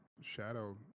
shadow